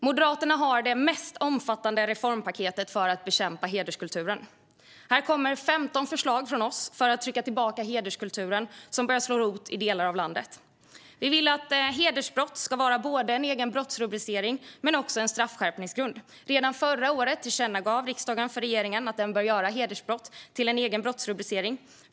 Moderaterna har det mest omfattande reformpaketet för att bekämpa hederskulturen. Här kommer 15 förslag från oss för att trycka tillbaka hederskulturen, som börjar slå rot i delar av landet. Vi vill att hedersbrott ska vara både en egen brottsrubricering och en straffskärpningsgrund. Redan förra året tillkännagav riksdagen för regeringen att den bör göra hedersbrott till en egen brottsrubricering.